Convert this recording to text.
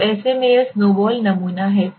तो ऐसे में यह स्नोबॉल नमूना है